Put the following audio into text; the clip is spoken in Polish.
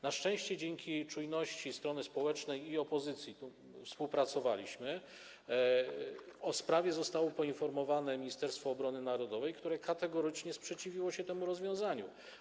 Na szczęście dzięki czujności strony społecznej i opozycji, tu współpracowaliśmy, o sprawie zostało poinformowane Ministerstwo Obrony Narodowej, które kategorycznie sprzeciwiło się temu rozwiązaniu.